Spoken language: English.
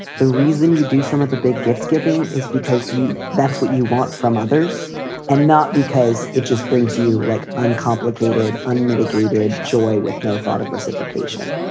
the reason you do some of the big gift giving is because you that's what you want from others and not because it just brings you like uncomplicated, unmitigated joy with no thought of reciprocation.